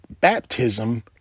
baptism